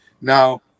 Now